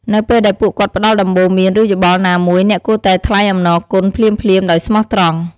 នៅពេលដែលពួកគាត់ផ្ដល់ដំបូន្មាន ឬយោបល់ណាមួយ អ្នកគួរតែថ្លែងអំណរគុណភ្លាមៗដោយស្មោះត្រង់។